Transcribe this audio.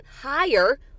higher